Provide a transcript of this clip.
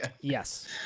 Yes